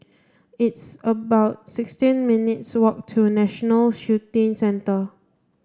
it's about sixteen minutes' walk to National Shooting Centre